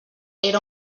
era